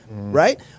right